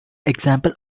example